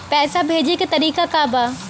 पैसा भेजे के तरीका का बा?